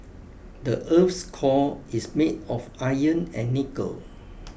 the earth's core is made of iron and nickel